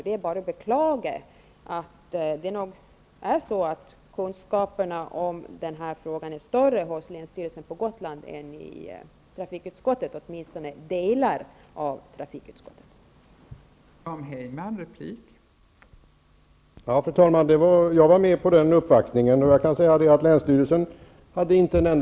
Det är bara att beklaga att kunskaperna om den här frågan är större hos länsstyrelsen på Gotland än i trafikutskottet -- åtminstone delar av trafikutskottet.